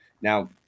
Now